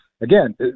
Again